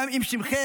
גם אם שמכם